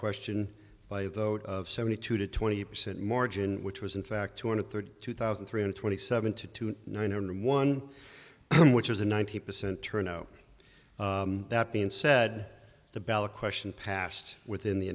question by a vote of seventy two to twenty percent margin which was in fact two hundred thirty two thousand three hundred twenty seven to two hundred one which was a ninety percent turnout that being said the ballot question passed within the